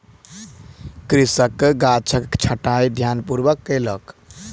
कृषक गाछक छंटाई ध्यानपूर्वक कयलक